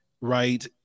right